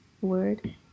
word